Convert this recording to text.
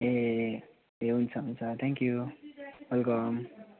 ए ए हुन्छ हुन्छ थ्याङ्कयू वेलकम